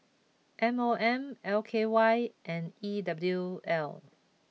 M O M L K Y and E W L